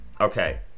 Okay